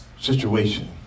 situation